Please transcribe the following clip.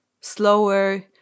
slower